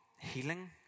healing